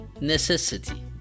necessity